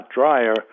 dryer